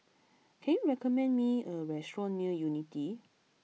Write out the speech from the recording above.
can you recommend me a restaurant near Unity